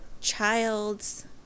child's